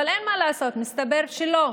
אבל אין מה לעשות, מסתבר שלא.